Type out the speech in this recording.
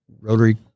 rotary